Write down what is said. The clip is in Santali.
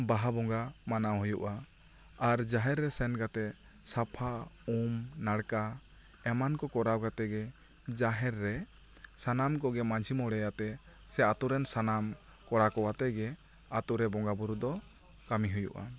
ᱵᱟᱦᱟ ᱵᱚᱸᱜᱟ ᱢᱟᱱᱟᱣ ᱦᱩᱭᱩᱜ ᱟ ᱟᱨ ᱡᱟᱦᱮᱨ ᱨᱮ ᱥᱮᱱ ᱠᱟᱛᱮ ᱥᱟᱯᱷᱟ ᱩᱢ ᱱᱟ ᱲᱠᱟ ᱮᱢᱟᱱ ᱠᱚ ᱠᱚᱨᱟᱣ ᱠᱟᱛᱮ ᱜᱮ ᱡᱟᱦᱮᱨ ᱨᱮ ᱥᱟᱱᱟᱢ ᱠᱚᱜᱮ ᱢᱟ ᱡᱷᱤ ᱢᱚᱬᱮ ᱟᱛᱮ ᱥᱮ ᱟᱛᱳ ᱨᱮᱱ ᱥᱟᱱᱟᱢ ᱠᱚᱲᱟ ᱠᱚ ᱟᱛᱮ ᱜᱮ ᱟᱛᱳ ᱨᱮ ᱵᱚᱸᱜᱟ ᱵᱳᱨᱳ ᱫᱚ ᱠᱟ ᱢᱤ ᱦᱩᱭᱩᱜᱼᱟ